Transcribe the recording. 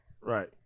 Right